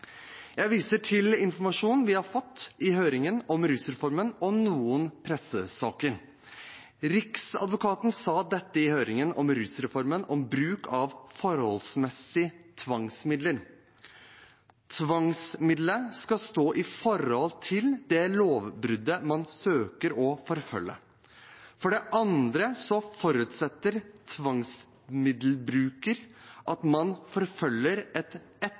Jeg viser til informasjonen vi har fått i høringen om rusreformen, og noen pressesaker. Riksadvokaten sa dette i høringen om rusreformen om bruk av forholdsmessige tvangsmidler: Tvangsmiddelet skal stå i forhold til det lovbruddet man søker å forfølge. For det andre så forutsetter tvangsmiddelbruken at man forfølger et